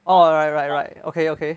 oh right right right okay okay